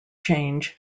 change